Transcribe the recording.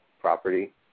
property